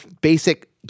basic